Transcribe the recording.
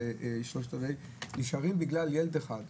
שלושת-רבעי והם נשארים בבית בגלל ילד אחד.